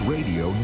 Radio